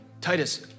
Titus